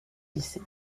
lycée